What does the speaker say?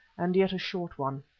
and yet a short one.